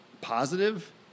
positive